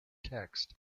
text